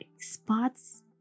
spots